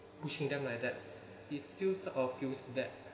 pushing them like that it's still sort of feels that